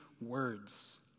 words